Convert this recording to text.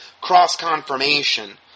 cross-confirmation